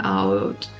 out